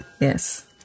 Yes